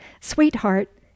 Sweetheart